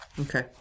Okay